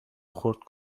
خرد